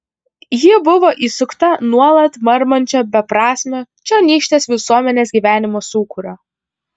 ji buvo įsukta nuolat marmančio beprasmio čionykštės visuomenės gyvenimo sūkurio